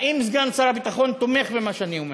האם סגן שר הביטחון תומך במה שאני אומר?